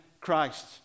Christ